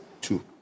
Two